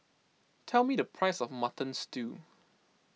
tell me the price of Mutton Stew